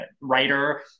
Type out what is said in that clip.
writer